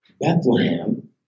Bethlehem